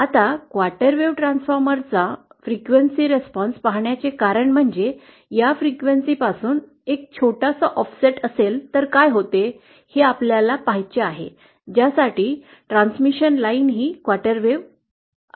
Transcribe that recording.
आता quarter wave ट्रान्सफॉर्मरचा frequency प्रतिसाद पाहण्याचे कारण म्हणजे या फ्रिक्वेन्सीपासून एक छोटासा ऑफसेट असेल तर काय होते हे आपल्याला पाहायचे आहे ज्यासाठी ट्रान्समिशन लाईन ही कॉटर वेव्ह आहे